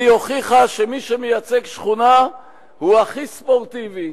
והיא הוכיחה שמי שמייצג שכונה הוא הכי ספורטיבי,